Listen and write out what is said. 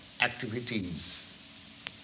activities